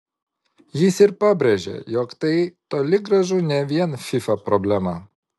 jis ir pabrėžė jog tai toli gražu ne vien fifa problema